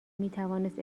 میتوانست